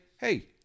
hey